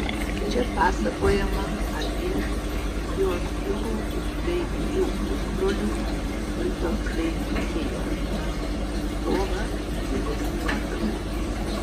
čia pasakojama apie dioskūrų bei jų pusbrolių ido bei linkėjo kovą dėl nuotakų